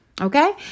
Okay